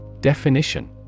Definition